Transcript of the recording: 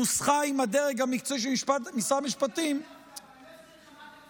נוסחה עם הדרג המקצועי של משרד המשפטים אני לא אזכיר לך מה אתם